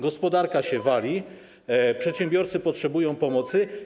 Gospodarka się wali, przedsiębiorcy potrzebują pomocy.